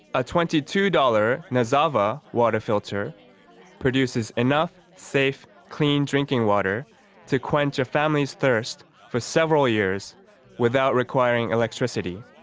a twenty two dollars nazava water filter produces enough safe, clean drinking water to quench a family's thirst for several years without requiring electricity.